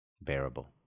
bearable